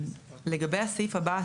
לגבי הסעיף הבא,